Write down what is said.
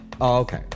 okay